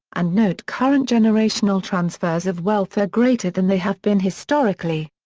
and note current generational transfers of wealth are greater than they have been historically.